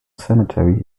cemetery